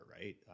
right